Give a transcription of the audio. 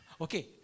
Okay